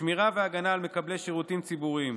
שמירה והגנה על מקבלי שירותים ציבוריים,